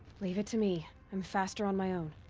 leave it to me. i'm faster on my own.